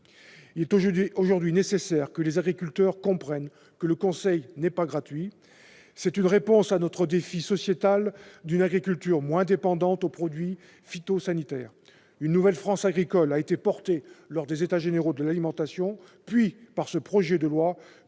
Il est aujourd'hui nécessaire que les agriculteurs comprennent que le conseil n'est pas gratuit. C'est une réponse au défi sociétal d'une agriculture moins dépendante des produits phytosanitaires. Une nouvelle France agricole a été promue lors des États généraux de l'alimentation, puis au travers de ce projet de loi,